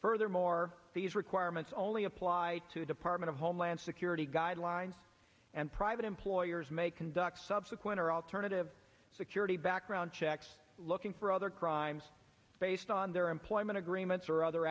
furthermore these requirements only apply to department of homeland security guidelines and private employers may conduct subsequent or alternative security background checks looking for other crimes based on their employment agreements or other